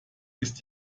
ist